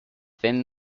thin